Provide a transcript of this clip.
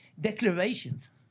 declarations